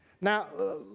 Now